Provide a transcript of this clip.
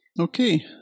Okay